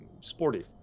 sporty